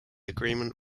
agreement